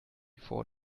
four